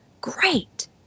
great